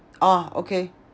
orh okay